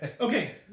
Okay